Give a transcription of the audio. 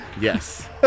Yes